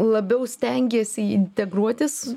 labiau stengiesi integruotis